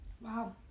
Wow